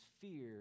fear